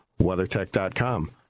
WeatherTech.com